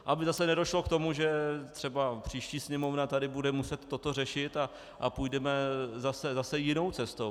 Aby zase nedošlo k tomu, že třeba příští Sněmovna tady bude muset toto řešit a půjdeme zase jinou cestou.